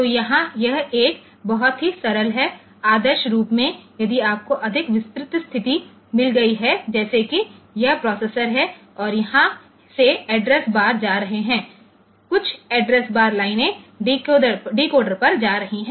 तो यहाँ यह एक बहुत ही सरल है आदर्श रूप में यदि आपको अधिक विस्तृत स्थिति मिल गई है जैसे कि यह प्रोसेसर है और यहाँ से एड्रेस बार जा रहे हैं कुछ एड्रेस बार लाइनें डिकोडर पर जा रही हैं